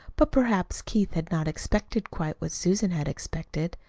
but perhaps keith had not expected quite what susan had expected.